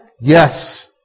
Yes